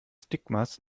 stigmas